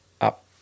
up